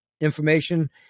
information